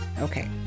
Okay